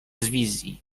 wizji